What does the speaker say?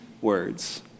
words